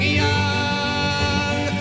young